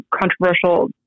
controversial